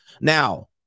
Now